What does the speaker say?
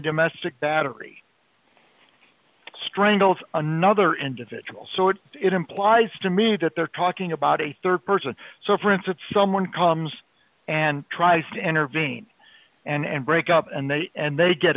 domestic battery strangles another individual so it it implies to me that they're talking about a rd person so for instance someone comes and tries to intervene and break up and they and they get